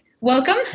Welcome